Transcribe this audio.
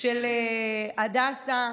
של הדסה,